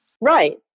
right